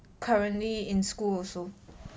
currently in school also